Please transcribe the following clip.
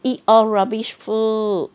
eat all rubbish food